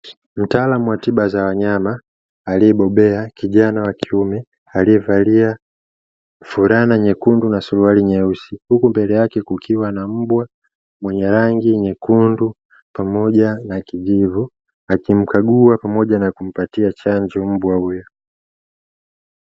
Mtaalamu wa tiba za wanyama aliyebobea kijana wa kiume aliyevalia furana nyekundu na suruali nyeusi, huku mbele yake kukiwa na mbwa mwenye rangi nyekundu pamoja na kijivu akimkagua pamoja na kumpatia chanjo mbwa huyu.